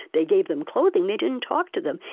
they gave them clothing, they didn't talk to them.